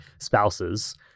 spouses